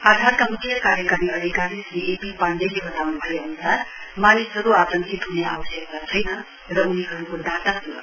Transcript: आधारका मुख्य कार्यकारी अधिकारी श्री एपी पाण्डेले बताउन् भए अन्सार मानिसहरू आतंकित हुने आवश्यकता छैन र उनीहरूको डाटा स्रक्षित छ